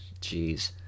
Jeez